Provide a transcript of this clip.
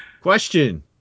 Question